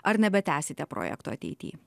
ar nebetęsite projekto ateity